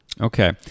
okay